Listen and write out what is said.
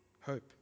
hope